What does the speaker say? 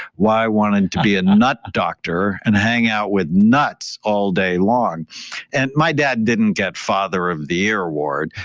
why i wanted to be a nut doctor and hang out with nuts all day long and my dad didn't get father of the year award,